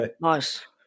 Nice